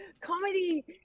Comedy